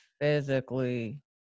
physically